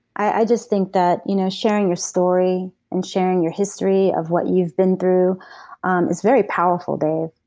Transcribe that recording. i just think that you know sharing your story and sharing your history of what you've been through um is very powerful, dave.